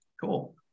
Cool